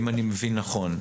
אם אני מבין נכון.